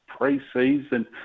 preseason